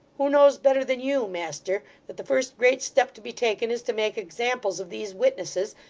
who knows better than you, master, that the first great step to be taken is to make examples of these witnesses,